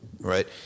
right